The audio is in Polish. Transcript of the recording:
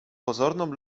pozorną